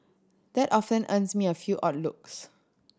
that often earns me a few odd looks